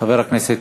חבר הכנסת